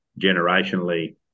generationally